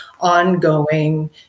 ongoing